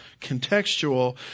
contextual